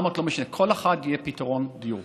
400, לא משנה, לכל אחד יהיה פתרון דיור.